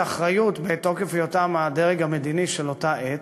אחריות מתוקף היותם הדרג המדיני של אותה עת.